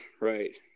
Right